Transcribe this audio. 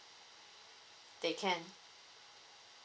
they can